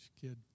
kid